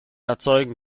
erzeugen